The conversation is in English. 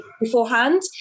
beforehand